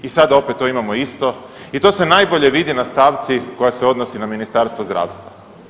I sada opet to imamo isto i to se najbolje vidi na stavci koja se odnosi na Ministarstvo zdravstva.